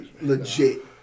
Legit